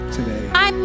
Today